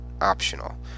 optional